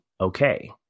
okay